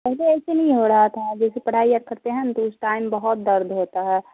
پہلے ایسے نہیں ہو رہا تھا جیسے پڑھائی کرتے ہیں نا تو اس ٹائم بہت درد ہوتا ہے